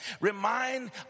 remind